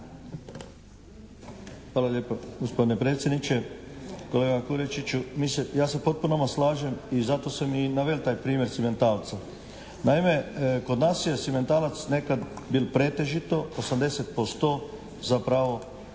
Hvala lijepa gospodine predsjedniče. Kolega Kurečiću, ja se potpuno sa vama slažem i zato sam i navel taj primjer simentalca. Naime, kod nas je simentalac nekad bil pretežito 80% zapravo